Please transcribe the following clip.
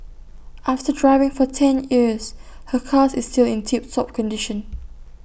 after driving for ten years her car is still in tip top condition